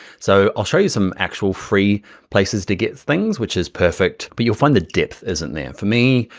so i'll show you some actual free places to get things which is perfect, but you'll find the depth isn't there. for me,